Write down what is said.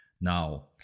Now